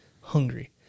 hungry